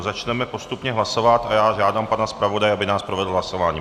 Začneme postupně hlasovat a já žádám pana zpravodaje, aby nás provedl hlasováním.